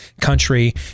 country